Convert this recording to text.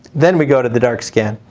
then we go to the dark scan.